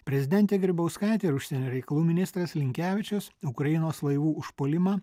prezidentė grybauskaitė ir užsienio reikalų ministras linkevičius ukrainos laivų užpuolimą